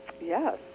Yes